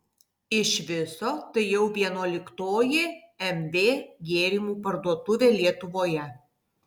iš viso tai jau vienuoliktoji mv gėrimų parduotuvė lietuvoje